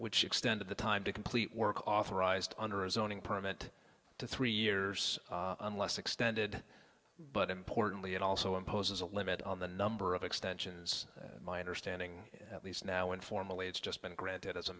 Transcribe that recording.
extended the time to complete work authorized under a zoning permit to three years unless extended but importantly it also imposes a limit on the number of extensions my understanding at least now informally it's just been granted as a